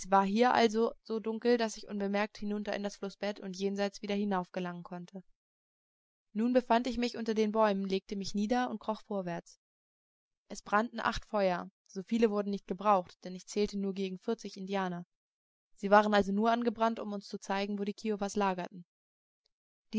war hier also so dunkel daß ich unbemerkt hinunter in das flußbett und jenseits wieder hinaufgelangen konnte nun befand ich mich unter den bäumen legte mich nieder und kroch vorwärts es brannten acht feuer so viele wurden nicht gebraucht denn ich zählte nur gegen vierzig indianer sie waren also nur angebrannt um uns zu zeigen wo die kiowas lagerten